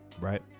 right